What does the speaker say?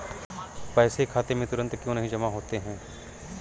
पैसे खाते में तुरंत क्यो नहीं जमा होते हैं?